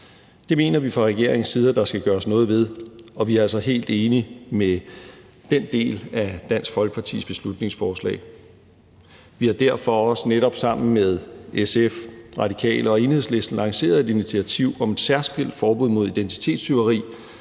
Det mener vi fra regeringens side at der skal gøres noget ved, og vi er altså helt enige i den del af Dansk Folkepartis beslutningsforslag. Vi har derfor også netop sammen med SF, Radikale og Enhedslisten lanceret et initiativ om et særskilt forbud mod identitetstyveri,